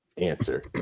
answer